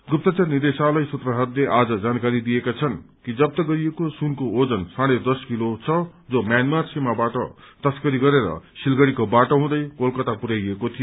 गुप्तचर निदेशालय सूत्रहरूले आज जानकारी दिएका छन् कि जफ्त गरिएको सुनको ओजन साढे दस किलो छ जो म्यान्मार सीमाबाट तस्करी गरेर सिलगढीको बाटो हुँदै कलकता पुरयाइएको थियो